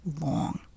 long